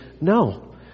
No